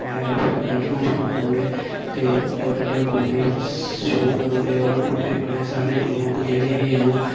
fair फूर कड्ढना शुरू करी ओड़े ते बड्डे बड्डे गोले बी शुरू करी ओड़े और उं'दे बड़े सारे लोक जेह्ड़े हे ओह्